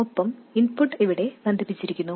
ഒപ്പം ഇൻപുട്ട് ഇവിടെ ബന്ധിപ്പിച്ചിരിക്കുന്നു